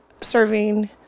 serving